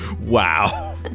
Wow